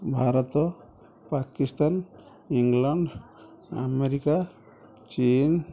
Bharat Pakistan England America ଚୀନ୍